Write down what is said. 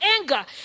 anger